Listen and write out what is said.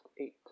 eight